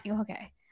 okay